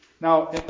Now